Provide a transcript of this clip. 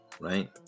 Right